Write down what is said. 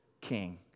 king